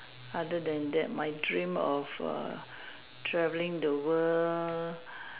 other than that my dream of err traveling the world